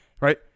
right